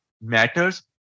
matters